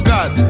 God